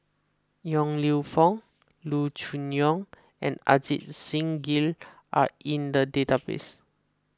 Yong Lew Foong Loo Choon Yong and Ajit Singh Gill are in the database